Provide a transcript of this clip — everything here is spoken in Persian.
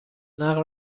نقل